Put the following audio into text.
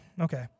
okay